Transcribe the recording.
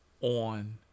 on